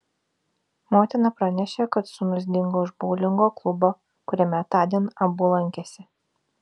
motina pranešė kad sūnus dingo iš boulingo klubo kuriame tądien abu lankėsi